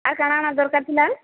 ଆର କାଣା କାଣା ଦରକାର ଥିଲା